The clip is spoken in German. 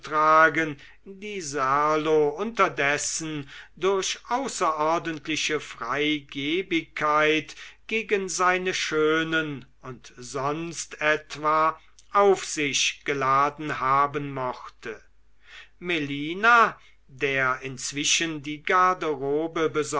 serlo unterdessen durch außerordentliche freigebigkeit gegen seine schönen und sonst etwa auf sich geladen haben mochte melina der indessen die garderobe